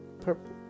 purple